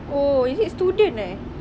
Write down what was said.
oh is it student eh